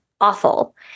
awful